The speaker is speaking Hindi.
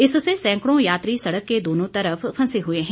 इससे सैकड़ों यात्री सड़क के दोनों तरफ फंसे हुए हैं